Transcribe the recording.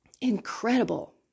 Incredible